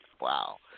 Wow